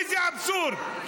איזה אבסורד.